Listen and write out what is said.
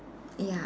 ya